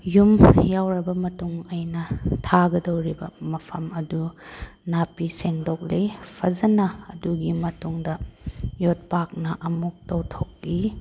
ꯌꯨꯝ ꯌꯧꯔꯕ ꯃꯇꯨꯡ ꯑꯩꯅ ꯊꯥꯒꯗꯧꯔꯤꯕ ꯃꯐꯝ ꯑꯗꯨ ꯅꯥꯄꯤ ꯁꯦꯡꯗꯣꯛꯂꯦ ꯐꯖꯅ ꯑꯗꯨꯒꯤ ꯃꯇꯨꯡꯗ ꯌꯣꯠꯄꯥꯛꯅ ꯑꯃꯨꯛ ꯇꯧꯊꯣꯛꯏ